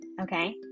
okay